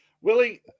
Willie